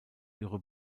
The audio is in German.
ihre